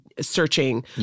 searching